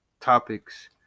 topics